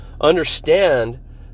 Understand